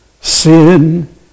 sin